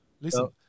Listen